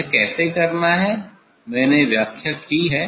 यह कैसे करना है मैंने व्याख्या की है